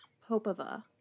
Popova